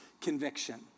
conviction